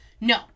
No